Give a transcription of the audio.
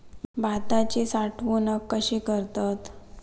भाताची साठवूनक कशी करतत?